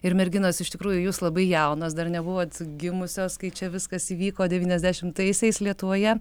ir merginos iš tikrųjų jūs labai jaunos dar nebuvot gimusios kai čia viskas vyko devyniasdešimtaisiais lietuvoje